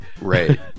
right